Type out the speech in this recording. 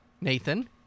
Nathan